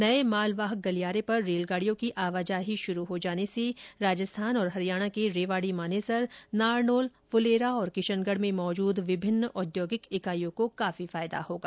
नए मालवाहक गलियारे पर रेलगाडियों की आवाजाही शुरू हो जाने से राजस्थान और हरियाणा के रेवाडी मानेसर नारनौल फूलेरा और किशनगढ़ में मौजूद विभिन्न औद्योगिक इकाइयों को काफी फायदा होगा